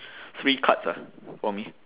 three cards ah for me